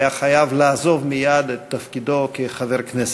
היה חייב לעזוב מייד את תפקידו כחבר הכנסת.